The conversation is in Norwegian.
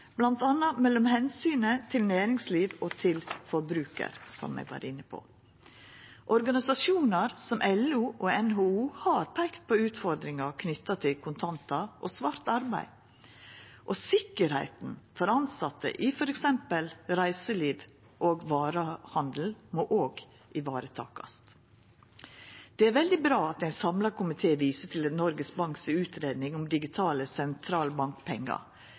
mellom omsynet til næringslivet og til forbrukarar, som eg var inne på. Organisasjonar som LO og NHO har peika på utfordringar knytte til kontantar og svart arbeid, og sikkerheita for tilsette i f.eks. reiseliv og varehandel må også varetakast. Det er veldig bra at ein samla komité viser til Norges Banks utgreiing om digitale sentralbankpengar.